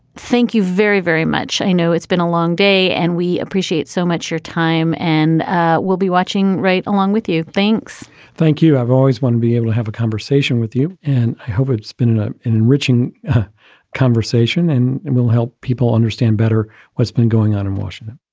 thank you very, very much. i know it's been a long day and we appreciate so much your time and ah we'll be watching right along with you. thanks thank you. i've always to be able to have a conversation with you, and i hope it's been an ah enriching conversation. and and we'll help people understand better what's been going on in washington